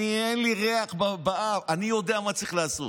אין לי ריח באף, אני יודע מה צריך לעשות.